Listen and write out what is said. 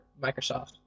Microsoft